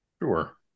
Sure